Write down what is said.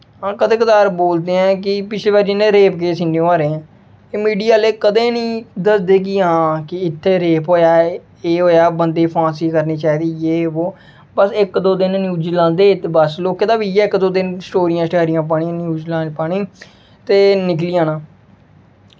आं कदें कदार बोलदे ऐं कि पिच्छली बारी जि'यां रेप केस इ'न्ने होआ दे हे मीडिया आह्ले कदें निं दसदे कि आं इत्थें रेप होया एह् होया बंदे गी फांसी करनी चाहिदी यह् वो बस इक दो दिन न्यूज़ लांदे ते बस लोकें दा बी इ'यै इक दो दिन स्टोरियां स्टारियां पानियां न्यूज़ पानी ते निकली जाना